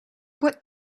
what